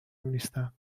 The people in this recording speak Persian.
نیستند